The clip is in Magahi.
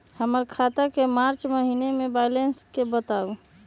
हमर खाता के मार्च महीने के बैलेंस के बताऊ?